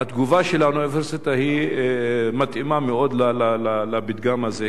התגובה של האוניברסיטה מתאימה מאוד לפתגם הזה,